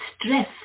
stress